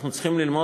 אנחנו צריכים ללמוד,